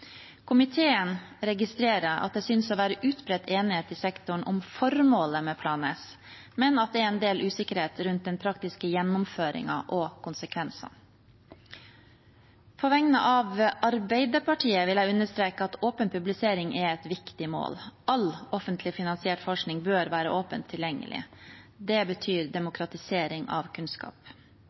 Komiteen registrerer at det synes å være utbredt enighet i sektoren om formålet med Plan S, men at det er en del usikkerhet rundt den praktiske gjennomføringen og konsekvensene. På vegne av Arbeiderpartiet vil jeg understreke at åpen publisering er et viktig mål. All offentlig finansiert forskning bør være åpent tilgjengelig. Det betyr demokratisering av kunnskap.